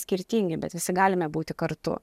skirtingi bet visi galime būti kartu